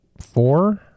Four